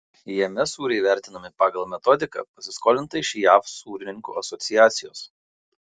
jame sūriai vertinami pagal metodiką pasiskolintą iš jav sūrininkų asociacijos